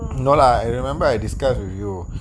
no lah I remember I discuss with you